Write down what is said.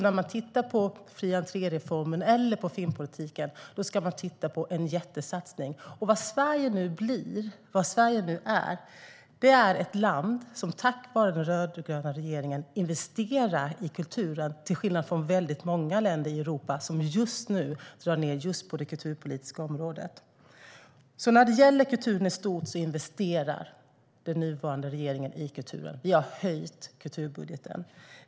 När man tittar på reformen med fri entré eller på filmpolitiken ska man titta på en jättesatsning. Vad Sverige nu är, är ett land som tack vare den rödgröna regeringen investerar i kulturen, till skillnad från väldigt många länder i Europa som just nu drar ned på det kulturpolitiska området. När det gäller kulturen i stort investerar den nuvarande regeringen. Vi har höjt kulturbudgeten.